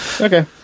Okay